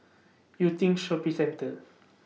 Yew teen Shopping Centre